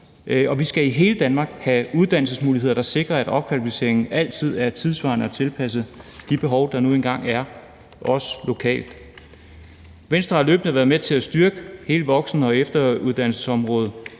vi skal i hele Danmark have uddannelsesmuligheder, der sikrer, at opkvalificeringen altid er tidssvarende og tilpasset de behov, der nu engang er, også lokalt. Venstre har løbende været med til at styrke hele voksen- og efteruddannelsesområdet,